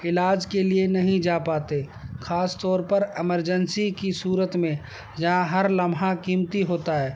علاج کے لیے نہیں جا پاتے خاص طور پر ایمرجنسی کی صورت میں جہاں ہر لمحہ قیمتی ہوتا ہے